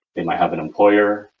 they might have an employer,